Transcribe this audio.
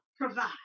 provide